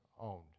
owned